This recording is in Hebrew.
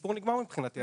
הסיפור נגמר מבחינתי.